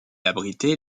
abritait